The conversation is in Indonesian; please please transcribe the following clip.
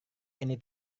ini